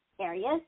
areas